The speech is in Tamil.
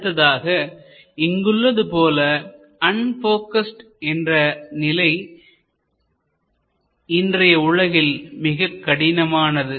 அடுத்ததாக இங்குள்ளது போல அன்போகஸ்டு என்ற நிலை இன்றைய உலகில் மிக கடினமானது